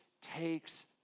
takes